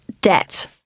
debt